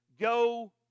go